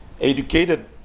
educated